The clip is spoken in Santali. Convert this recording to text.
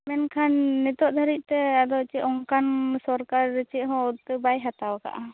ᱢᱮᱱ ᱠᱷᱟᱱ ᱱᱤᱛᱚᱜ ᱫᱷᱟᱹᱨᱤᱡ ᱛᱮ ᱚᱱᱠᱟᱱ ᱥᱚᱨᱠᱟᱨ ᱪᱮᱫ ᱦᱚᱸ ᱩᱫᱫᱚᱜ ᱵᱟᱭ ᱦᱟᱛᱟᱣ ᱟᱠᱟᱜᱼᱟ